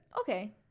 Okay